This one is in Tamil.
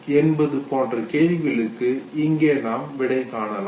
என்பது போன்ற கேள்விகளுக்கு இங்கே நாம் விடை காணலாம்